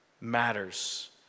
matters